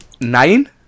nine